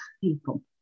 people